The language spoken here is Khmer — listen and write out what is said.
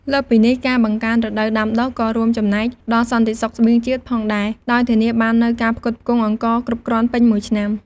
លើសពីនេះ ការបង្កើនរដូវដាំដុះក៏រួមចំណែកដល់សន្តិសុខស្បៀងជាតិផងដែរ ដោយធានាបាននូវការផ្គត់ផ្គង់អង្ករគ្រប់គ្រាន់ពេញមួយឆ្នាំ។